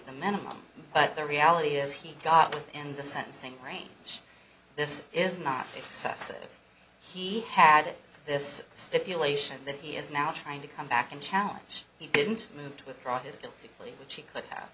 the minimum but the reality is he got in the sentencing range this is not excessive he had this stipulation that he is now trying to come back and challenge he didn't move to withdraw his guilty plea which he could have